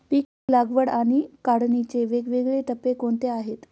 पीक लागवड आणि काढणीचे वेगवेगळे टप्पे कोणते आहेत?